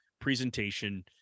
presentation